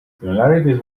similarities